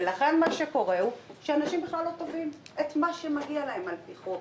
לכן מה שקורה הוא שאנשים בכלל לא תובעים את מה שמגיע להם על פי חוק.